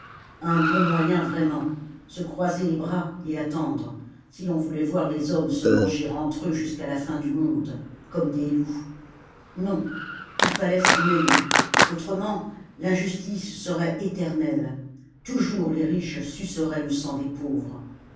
un bon moyen vraiment se croiser les bras et attendre si l'on voulait voir les hommes se manger entre eux jusqu'à la fin du monde comme des loups non il fallait s'en mêler autrement l'injustice serait éternelle toujours les riches suceraient le sang des pauvres